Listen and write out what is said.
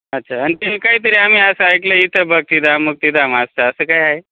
अच्छा आणि ते काहीतरी आम्ही असं ऐकलं इथं भक्तिधाम मुक्तिधाम असतं असं काय आहे